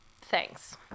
Thanks